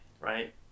right